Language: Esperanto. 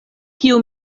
kiu